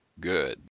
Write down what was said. good